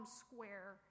square